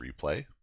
replay